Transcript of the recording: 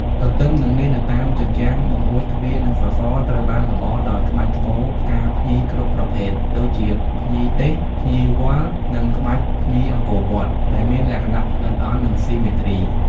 ទទ្ទឹមនឹងនេះ នៅតាមជញ្ជាំង បង្អួច ទ្វារ និងសសរត្រូវបានលម្អដោយក្បាច់ក្បូរផ្កាភ្ញីគ្រប់ប្រភេទដូចជាភ្ញីទេស ភ្ញីវល្លិ និងក្បាច់ភ្ញីអង្គរវត្ត ដែលមានលក្ខណៈល្អិតល្អន់ និងស៊ីមេទ្រី។